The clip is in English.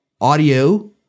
audio